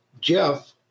Jeff